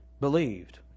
believed